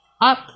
up